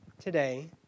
today